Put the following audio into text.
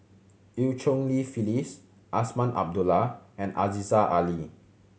Eu Cheng Li Phyllis Azman Abdullah and Aziza Ali